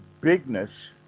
bigness